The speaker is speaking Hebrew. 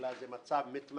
אלא זה מצב מתמשך.